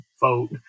vote